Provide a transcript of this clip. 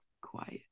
quiet